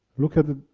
look at it.